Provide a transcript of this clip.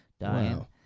dying